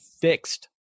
fixed